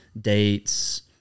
dates